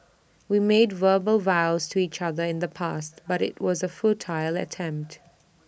we made verbal vows to each other in the past but IT was A futile attempt